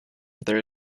there